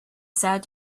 sad